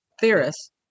theorists